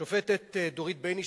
השופטת דורית בייניש,